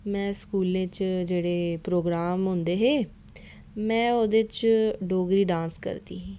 में स्कूलैं च जेह्डे प्रोग्राम होंदे हे में ओह्दे च डोगरी डांस करदी ही